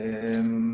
אל תיכנס לזה.